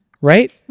Right